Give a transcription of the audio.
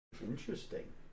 Interesting